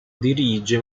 dirige